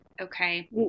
okay